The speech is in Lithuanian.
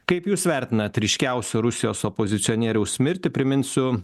kaip jūs vertinat ryškiausią rusijos opozicionieriaus mirtį priminsiu